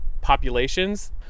populations